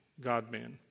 God-man